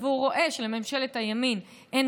שהציבור הצביע וראה שלממשלת הימין אין